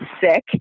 sick